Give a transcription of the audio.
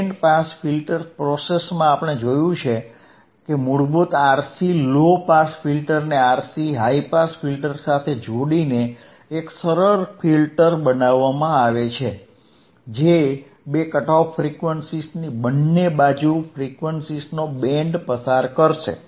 band pass filter પ્રોસસમાં આપણે જોયું છે કે મૂળભૂત RC લો પાસ ફિલ્ટરને RC હાઇ પાસ ફિલ્ટર સાથે જોડીને એક સરળ ફિલ્ટર બનાવવામાં આવે છે જે બે કટ ઓફ ફ્રીક્વન્સીઝની બંને બાજુ ફ્રીક્વન્સીઝનો બેન્ડ પસાર કરશે